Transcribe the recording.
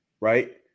Right